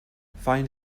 find